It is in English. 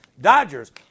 Dodgers